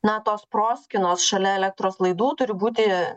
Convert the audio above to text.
na tos proskynos šalia elektros laidų turi būti